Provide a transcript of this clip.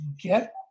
get